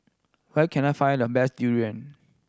where can I find the best durian